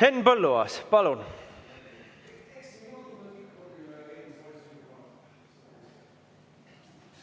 Henn Põlluaas, palun!